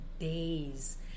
Days